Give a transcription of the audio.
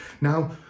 now